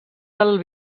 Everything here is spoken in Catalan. del